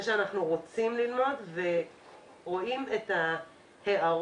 זה שאנחנו רוצים ללמוד ורואים את ההערות